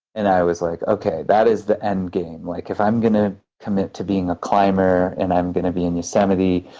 and i was like, okay, that is the end game. like if i'm going to commit to being a climber, and i'm going to be in yosemite,